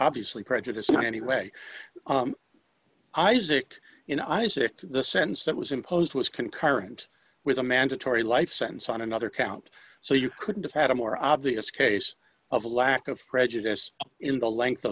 obviously prejudice in any way isaac in isaac to the sense that was imposed was concurrent with a mandatory life sentence on another count so you couldn't have had a more obvious case of a lack of prejudice in the length